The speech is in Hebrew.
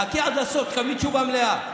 חכי עד הסוף ותקבלי תשובה מלאה.